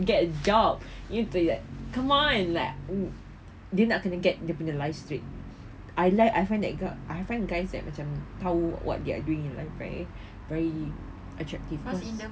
to get a job you need to like come on like dia nak kena get dia life straight I like I find guys like macam tahu what they are doing in life right very attractive first